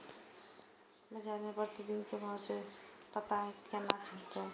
बजार के प्रतिदिन के भाव के पता केना चलते?